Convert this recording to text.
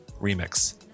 remix